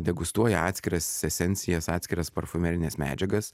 degustuoja atskiras esencijas atskiras parfumerines medžiagas